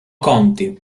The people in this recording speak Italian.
conti